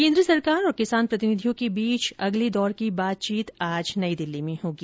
केन्द्र और किसान प्रतिनिधियों के बीच अगले दौर की बातचीत आज नई दिल्ली में होगी